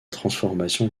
transformation